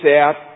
out